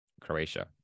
Croatia